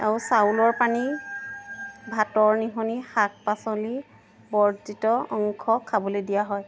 আৰু চাউলৰ পানী ভাতৰ নিসনি শাক পাচলিৰ বৰ্জিত অংশ খাবলৈ দিয়া হয়